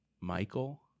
Michael